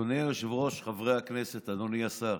אדוני היושב-ראש, חברי הכנסת, אדוני השר,